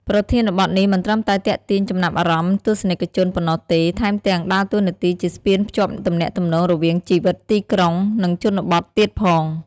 ប្រធានបទនេះមិនត្រឹមតែទាក់ទាញចំណាប់អារម្មណ៍ទស្សនិកជនប៉ុណ្ណោះទេ ថែមទាំងដើរតួនាទីជាស្ពានភ្ជាប់ទំនាក់ទំនងរវាងជីវិតទីក្រុង និងជនបទទៀតផង។